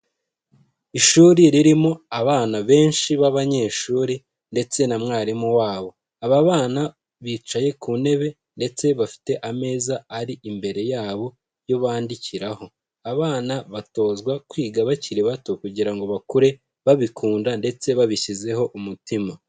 Ishuri ririmo abana benshi b'abanyeshuri ndetse na mwarimu wabo. Aba bana bicaye ku ntebe ndetse bafite ameza ari imbere yabo yo bandikiraho. Abana batozwa kwiga bakiri bato kugira bakure babikunda ndetse babishyizeho umutima.